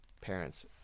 parents